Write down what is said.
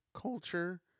culture